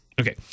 Okay